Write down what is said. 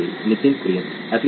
Nitin Kurian application